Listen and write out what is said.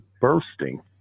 bursting